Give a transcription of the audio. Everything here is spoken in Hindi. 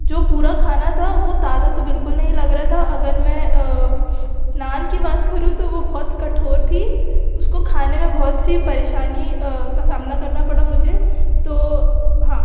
जो पूरा खाना था वो ताज़ा तो बिल्कुल नहीं लग रहा था अगर मैं नान की बात करूँ तो वो बहुत कठोर थी उसको खाने में बहुत ही परेशानी का सामना करना पड़ा मुझे तो हाँ